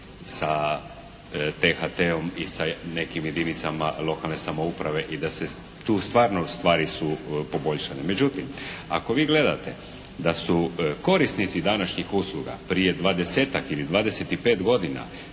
sa THT-om i sa nekim jedinicama lokalne samouprave i da se tu stvarno stvari su poboljšane. Međutim, ako vi gledate da su korisnici današnjih usluga prije 20-ak ili 25 godina